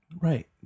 Right